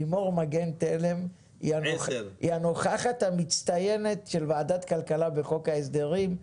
לימור מגן תלם היא הנוכחת המצטיינת של ועדת כלכלה וחוק ההסדרים.